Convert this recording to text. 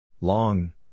Long